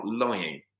lying